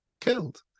killed